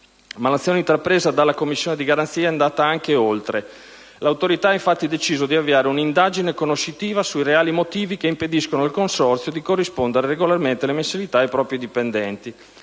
Ma l'azione intrapresa dalla Commissione di garanzia è andata anche oltre. L'Autorità ha infatti deciso di avviare un'indagine conoscitiva sui reali motivi che impediscono al consorzio di corrispondere regolarmente le mensilità ai propri dipendenti.